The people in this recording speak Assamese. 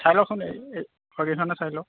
চাই লওকচোন এইকেইখনে চাই লওক